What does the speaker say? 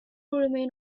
remain